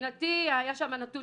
מבחינתי היה שם נתון